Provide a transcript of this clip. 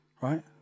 Right